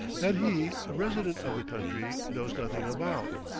that he, a resident of the country, knows nothing about.